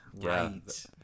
right